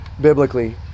biblically